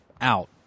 out